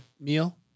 meal